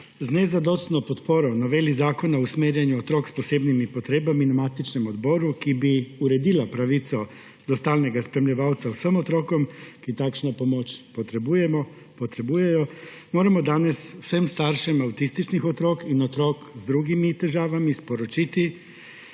Z nezadostno podporo noveli Zakona o usmerjanju otrok s posebnimi potrebami na matičnem odboru, ki bi uredila pravico do stalnega spremljevalca vsem otrokom, ki takšno pomoč potrebujejo, moramo danes vsem staršem avtističnih otrok in otrok s drugimi težavami sporočiti,